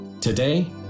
Today